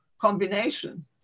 combination